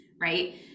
right